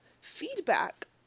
feedback